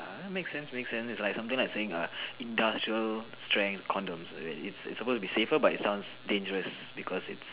uh that makes sense makes sense it's like something like saying uh industrial strength condoms it's it's supposed to be safer but it sounds dangerous because it's